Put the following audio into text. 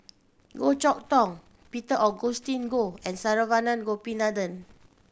Goh Chok Tong Peter Augustine Goh and Saravanan Gopinathan